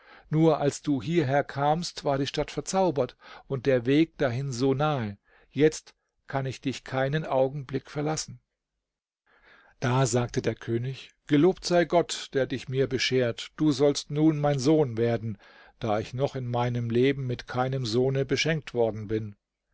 nur als du hierher kamst war die stadt verzaubert und der weg dahin so nahe jetzt kann ich dich keinen augenblick verlassen da sagte der könig gelobt sei gott der dich mir beschert du sollst nun mein sohn werden da ich noch in meinem leben mit keinem sohne beschenkt worden bin